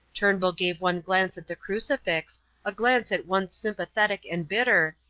turnbull gave one glance at the crucifix a glance at once sympathetic and bitter,